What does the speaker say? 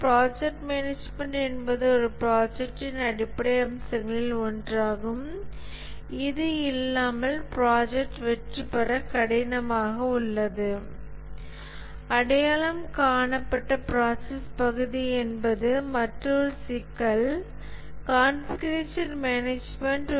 project management என்பது ஒரு ப்ராஜெக்ட்டின் அடிப்படை அம்சங்களில் ஒன்றாகும் இது இல்லாமல் ப்ராஜெக்ட் வெற்றிபெற கடினமாக உள்ளது அடையாளம் காணப்பட்ட ப்ராசஸ் பகுதி என்பது மற்றொரு சிக்கல் கான்ஃபிகுரேஷன் மேனேஜ்மென்ட்